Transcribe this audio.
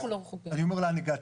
אני אומר לאן הגעתי,